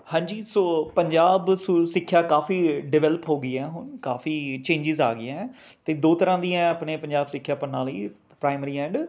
ਹਾਂਜੀ ਸੋ ਪੰਜਾਬ ਸੁਲ ਸਿੱਖਿਆ ਕਾਫੀ ਡਿਵੈਲਪ ਹੋ ਗਈ ਹੈ ਹੁਣ ਕਾਫੀ ਚੇਂਜਿਸ ਆ ਗਈਆਂ ਅਤੇ ਦੋ ਤਰ੍ਹਾਂ ਦੀਆਂ ਆਪਣੇ ਪੰਜਾਬ ਸਿੱਖਿਆ ਪ੍ਰਣਾਲੀ ਪ੍ਰਾਈਮਰੀ ਐਂਡ